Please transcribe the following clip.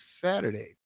Saturday